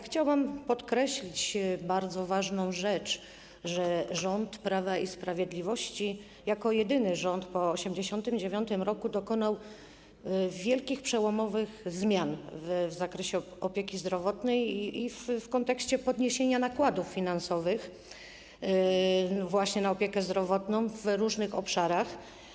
Chciałam podkreślić bardzo ważną rzecz: że rząd Prawa i Sprawiedliwości jako jedyny rząd po 1989 r. dokonał wielkich, przełomowych zmian w zakresie opieki zdrowotnej i w kontekście podniesienia nakładów finansowych właśnie na opiekę zdrowotną w różnych obszarach.